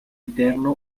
interno